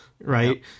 right